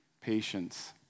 Patience